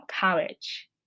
College